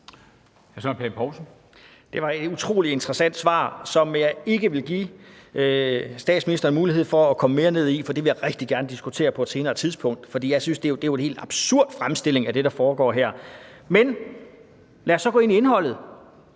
Det var et utrolig interessant svar, som jeg ikke vil give statsministeren mulighed for at komme mere ned i, for det vil jeg rigtig gerne diskutere på et senere tidspunkt. For jeg synes, at det jo er en helt absurd fremstilling af det, der foregår her. Men lad os nu gå ind i indholdet.